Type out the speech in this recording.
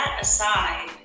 aside